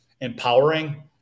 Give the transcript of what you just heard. empowering